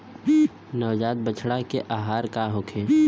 नवजात बछड़ा के आहार का होखे?